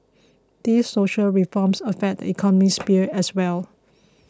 these social reforms affect the economic sphere as well